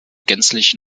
gänzlich